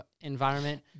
environment